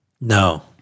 No